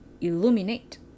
illuminate